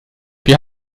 wir